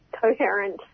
coherent